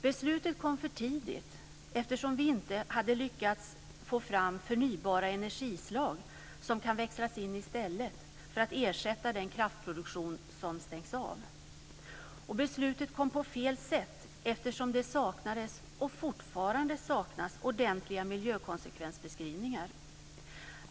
Beslutet kom för tidigt, eftersom vi inte har lyckats få fram förnybara energislag som kan växlas in för att ersätta den kraftproduktion som stängs av. Beslutet kom på fel sätt, eftersom det saknades - och fortfarande saknas - ordentliga miljökonsekvensbeskrivningar.